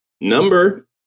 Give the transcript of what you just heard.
Number